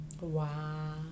Wow